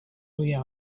argia